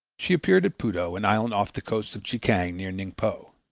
she appeared at puto, an island off the coast of chekiang near ningpo.